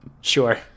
Sure